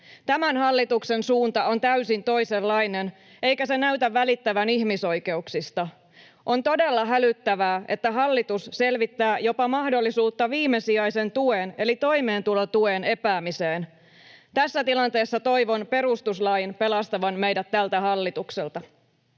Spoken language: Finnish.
Tämän hallituksen suunta on täysin toisenlainen, eikä se näytä välittävän ihmisoikeuksista. On todella hälyttävää, että hallitus selvittää jopa mahdollisuutta viimesijaisen tuen, eli toimeentulotuen, epäämiseen. Tässä tilanteessa toivon perustuslain pelastavan meidät tältä hallitukselta.